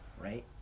right